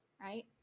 right